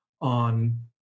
on